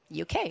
UK